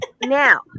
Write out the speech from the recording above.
Now